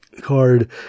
card